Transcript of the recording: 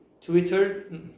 Twitter